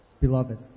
Beloved